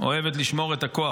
אוהבת לשמור את הכוח.